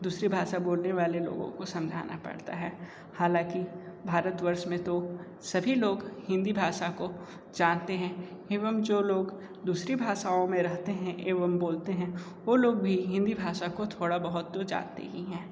दूसरी भाषा बोलने वाले लोगों को समझाना पड़ता है हालाँकि भारतवर्ष में तो सभी लोग हिंदी भाषा को जानते हैं एवं जो लोग दूसरी भाषाओं में रहते हैं एवं बोलते हैं वो लोग भी हिंदी भाषा को थोड़ा बहुत तो जानते ही हैं